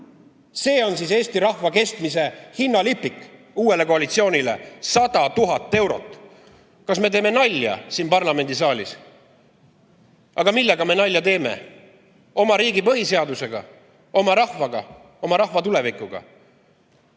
See on siis eesti rahva kestma jäämise hind uue koalitsiooni jaoks. 100 000 eurot! Kas me teeme nalja siin parlamendisaalis? Aga millega me nalja teeme? Oma riigi põhiseadusega, oma rahvaga, oma rahva tulevikuga. Iga